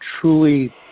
truly